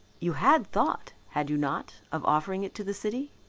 you had thought, had you not, of offering it to the city?